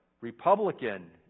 Republican